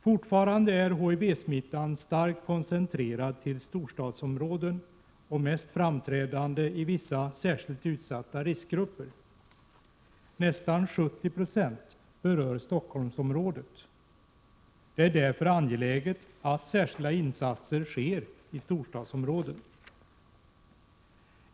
Fortfarande är HIV-smittan starkt koncentrerad till storstadsområden och mest framträdande i vissa, särskilt utsatta riskgrupper. Nästan 70 Jo av fallen berör Stockholmsområdet. Det är därför angeläget att särskilda insatser sker i storstadsområden.